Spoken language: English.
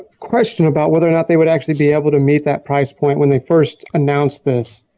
question about whether or not they would actually be able to meet that price point when they first announced this.